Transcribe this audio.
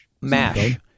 MASH